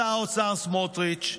אתה, שר האוצר סמוטריץ',